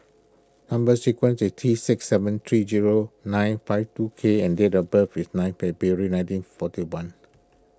Number Sequence is T six seven three zero nine five two K and date of birth is ninth February nineteen forty one